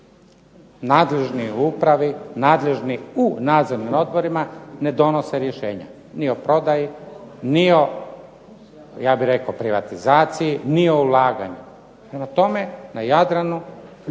Nadležni u upravi, nadležni u nadzornim odborima ne donose rješenja ni o prodaji, ni o privatizaciji, ni o ulaganju. Prema tome, na Jadranu